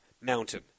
mountain